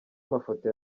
mafoto